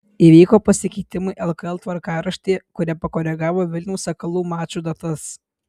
įvyko pasikeitimai lkl tvarkaraštyje kurie pakoregavo vilniaus sakalų mačų datas